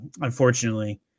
unfortunately